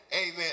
Amen